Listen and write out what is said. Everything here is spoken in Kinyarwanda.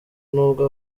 n’ubwo